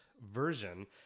Version